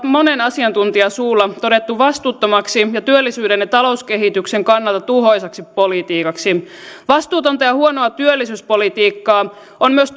monen asiantuntijan suulla todettu vastuuttomaksi ja työllisyyden ja talouskehityksen kannalta tuhoisaksi politiikaksi vastuutonta ja huonoa työllisyyspolitiikkaa on myös